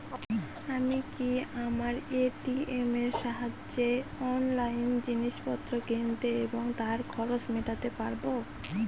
আমি কি আমার এ.টি.এম এর সাহায্যে অনলাইন জিনিসপত্র কিনতে এবং তার খরচ মেটাতে পারব?